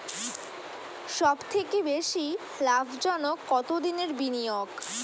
সবথেকে বেশি লাভজনক কতদিনের বিনিয়োগ?